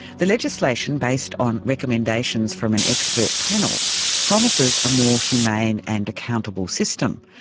the legislation, based on recommendations from an expert panel, promises a more humane and accountable system,